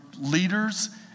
leaders